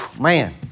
Man